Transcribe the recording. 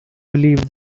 believed